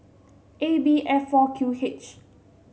A B F four Q H